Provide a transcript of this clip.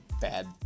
bad